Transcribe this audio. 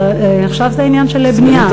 ועכשיו זה עניין של בנייה,